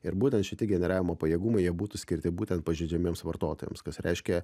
ir būtent šitie generavimo pajėgumai jie būtų skirti būtent pažeidžiamiems vartotojams kas reiškia